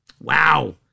Wow